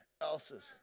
else's